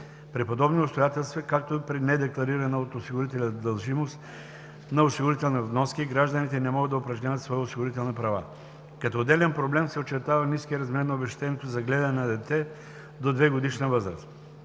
При подобни обстоятелства, както и при недекларирана от осигурителя дължимост на осигурителни вноски, гражданите не могат да упражнят свои осигурителни права. Като отделен проблем се очертава ниският размер на обезщетението за гледане на дете до 2-годишна възраст.